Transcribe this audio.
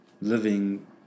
living